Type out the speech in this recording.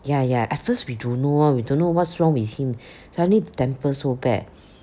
ya ya at first we don't know orh we don't know what's wrong with him suddenly the temper so bad